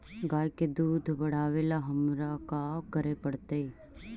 गाय के दुध बढ़ावेला हमरा का करे पड़तई?